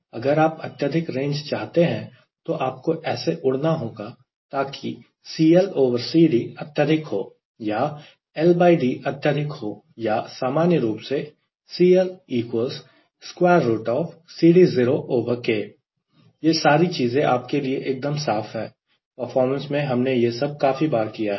अगर आप अत्यधिक रेंज चाहते हैं तो आपको ऐसे उड़ना होगा ताकि CL CD अत्यधिक हो या LD अत्यधिक हो या सामान्य रूप से यह सारी चीजें आपके लिए एकदम साफ है परफॉर्मेंस में हमने यह सब काफी बार किया है